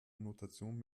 notation